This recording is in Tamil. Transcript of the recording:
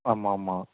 ஆமாம்மா